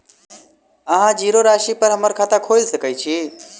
अहाँ जीरो राशि पर हम्मर खाता खोइल सकै छी?